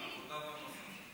עבודה ורווחה.